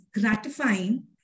gratifying